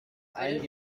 einen